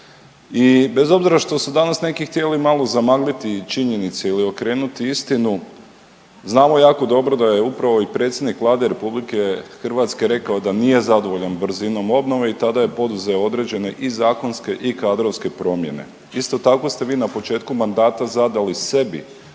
i bez obzira što su danas neki htjeli malo zamagliti i činjenice ili okrenuti istinu, znamo jako dobro da je upravo i predsjednik Vlade RH rekao da nije zadovoljan brzinom obnove i tada je poduzeo određene i zakonske i kadrovske promjene. Isto tako ste vi na početku mandata zadali sebi